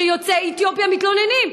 שיוצאי אתיופיה מתלוננים.